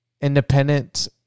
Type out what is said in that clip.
independent